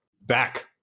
back